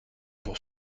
pour